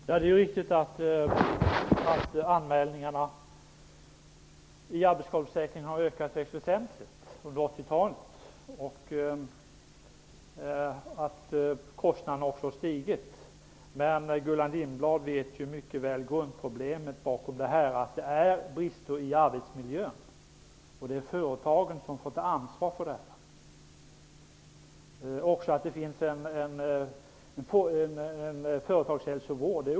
Herr talman! Det är riktigt att anmälningarna i arbetsskadeförsäkringen har ökat högst väsentligt under 1980-talet och att kostnaderna också stigit. Men Gullan Lindblad vet mycket väl grundproblemet bakom detta, nämligen brister i arbetsmiljön. Det är företagen som får ta ansvar för detta. Det är också oerhört väsentligt att det finns en företagshälsovård.